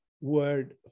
word